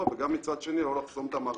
וגם מצד שני לא לחסום את המערכות.